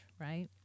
right